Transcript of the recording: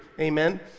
Amen